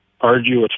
arduous